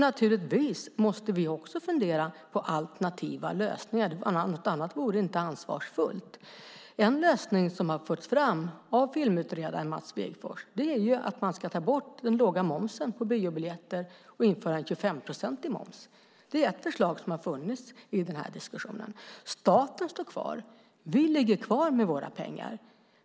Naturligtvis måste vi också fundera på alternativa lösningar. Något annat vore inte ansvarsfullt. En lösning som har förts fram av filmutredare Mats Svegfors är att man ska ta bort den låga momsen på biobiljetter och införa en 25-procentig moms. Det är ett förslag som har funnits i diskussionen. Staten ligger kvar med våra pengar.